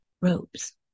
robes